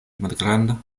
malgranda